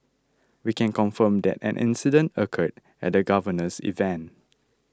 we can confirm that an incident occurred at the Governor's event